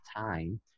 time